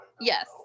Yes